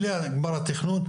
בלי גמר התכנון,